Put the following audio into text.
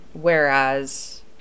Whereas